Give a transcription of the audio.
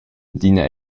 adina